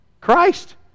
Christ